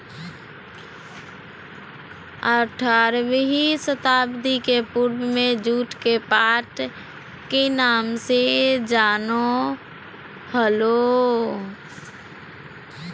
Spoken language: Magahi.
आठारहवीं शताब्दी के पूर्व में जुट के पाट के नाम से जानो हल्हो